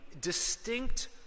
distinct